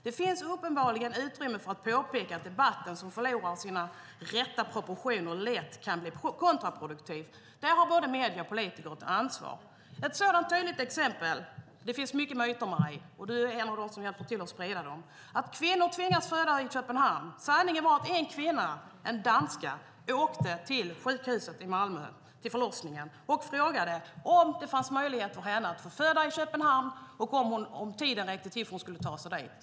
Det finns uppenbarligen utrymme för att påpeka att debatten som förlorar sina rätta proportioner lätt kan bli kontraproduktiv. Där har både medier och politiker ett ansvar. Ett tydligt exempel på de många myter som finns, och som du hjälper till att sprida Marie, är att kvinnor tvingas föda i Köpenhamn. Sanningen var att en kvinna, en danska, åkte till förlossningen i Malmö och frågade om det fanns möjlighet för henne att föda i Köpenhamn, och om tiden räckte till för att hon skulle kunna ta sig dit.